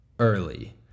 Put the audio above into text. early